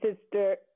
Sister